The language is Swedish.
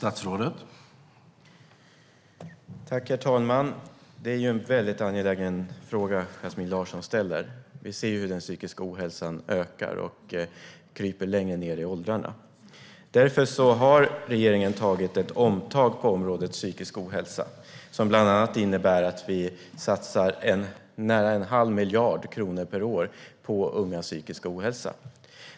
Herr talman! Det är ju en väldigt angelägen fråga som Yasmine Larsson ställer. Vi ser hur den psykiska ohälsan ökar och kryper längre ned i åldrarna. Därför har regeringen gjort ett omtag på området psykisk ohälsa. Det innebär bland annat att vi satsar nära en halv miljard kronor per år på ungas psykiska ohälsa.